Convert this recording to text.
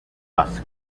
vasca